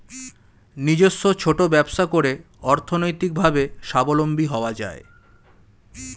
নিজস্ব ছোট ব্যবসা করে অর্থনৈতিকভাবে স্বাবলম্বী হওয়া যায়